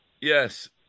yes